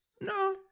No